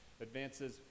advances